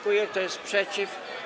Kto jest przeciw?